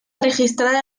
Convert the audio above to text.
registrada